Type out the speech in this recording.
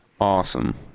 awesome